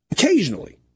Occasionally